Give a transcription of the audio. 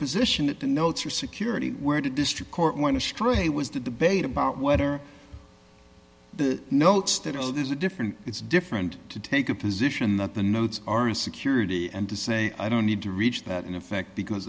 position that the notes are security where the district court want to stray was the debate about whether the notes that are there is a different it's different to take a position that the notes are a security and to say i don't need to reach that in effect because